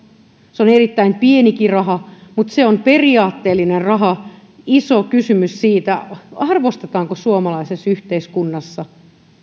se on erittäin pienikin raha mutta se on periaatteellinen raha iso kysymys siitä arvostetaanko suomalaisessa yhteiskunnassa